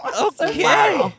Okay